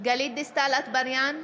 גלית דיסטל אטבריאן,